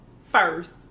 first